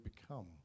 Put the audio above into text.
become